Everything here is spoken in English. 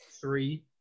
three